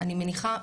אני מניחה,